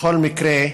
בכל מקרה,